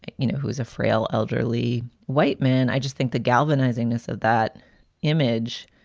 and you know, who's a frail, elderly white man. i just think the galvanizing ness of that image.